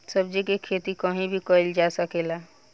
सब्जी के खेती कहीं भी कईल जा सकेला